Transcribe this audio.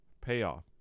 payoff